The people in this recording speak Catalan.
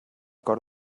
cor